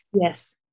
Yes